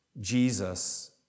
Jesus